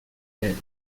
anne